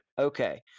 Okay